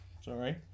Sorry